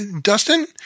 Dustin